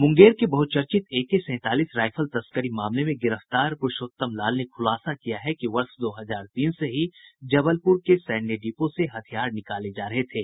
मुंगेर के बहुचर्चित एके सैंतालीस राइफल तस्करी मामले में गिरफ्तार प्रूषोत्तम लाल ने खुलासा किया है कि वर्ष दो हजार तीन से ही जबलपुर के सैन्य डिपो से हथियार निकाले जा रहे थे